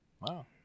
Wow